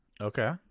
Okay